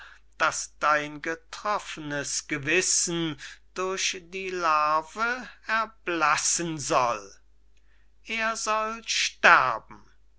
daß dein getroffenes gewissen durch die larve erblassen soll er soll sterben